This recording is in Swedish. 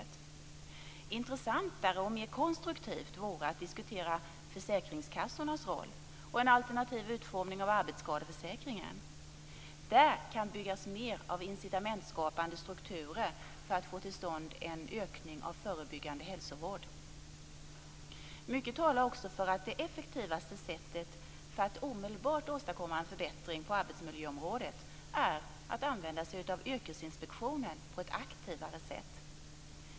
Det vore intressantare och mer konstruktivt att diskutera försäkringskassornas roll och en alternativ utformning av arbetsskadeförsäkringen. Där kan byggas mer av incitamentskapande strukturer för att få till stånd en ökning av förebyggande hälsovård. Mycket talar också för att det effektivaste sättet för att omedelbart åstadkomma en förbättring på arbetsmiljöområdet är att använda sig av Yrkesinspektionen på ett aktivare sätt.